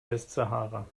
westsahara